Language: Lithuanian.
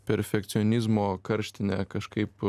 perfekcionizmo karštinę kažkaip